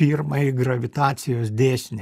pirmąjį gravitacijos dėsnį